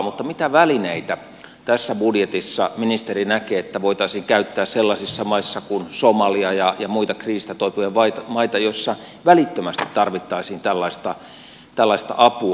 mutta mitä välineitä tässä budjetissa ministeri näkee olevan joita voitaisiin käyttää sellaisissa maissa kuin somalia ja muut kriisistä toipuvat maat joissa välittömästi tarvittaisiin tällaista apua